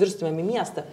virstumėm į miestą